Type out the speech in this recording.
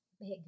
big